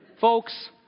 Folks